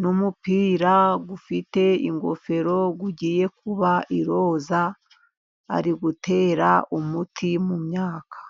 n'umupira ufite ingofero ugiye kuba iroza, ari gutera umuti mu myaka.